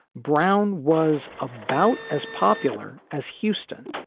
brown was about as popular as houston.